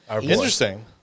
Interesting